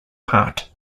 part